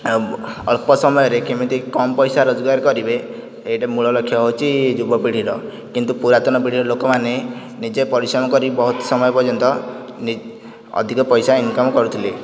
ଆଉ ଅଳ୍ପ ସମୟରେ କେମିତି କମ୍ ପଇସା ରୋଜଗାର କରିବେ ସେଇଟା ମୂଳ ଲକ୍ଷ୍ୟ ହେଉଛି ଯୁବପିଢ଼ିର କିନ୍ତୁ ପୁରାତନ ପିଢ଼ିର ଲୋକମାନେ ନିଜେ ପରିଶ୍ରମ କରି ବହୁତ ସମୟ ପର୍ଯ୍ୟନ୍ତ ଅଧିକ ପଇସା ଇନକମ୍ କରୁଥିଲେ